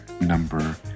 number